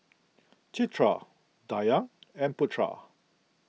Citra Dayang and Putra